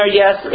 yes